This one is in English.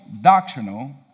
doctrinal